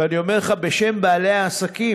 ואני אומר לך בשם בעלי העסקים: